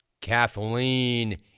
Kathleen